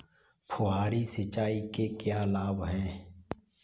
फुहारी सिंचाई के क्या लाभ हैं?